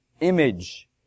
image